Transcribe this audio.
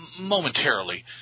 momentarily